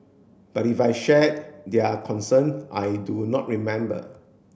but if I shared their concern I do not remember